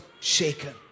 shaken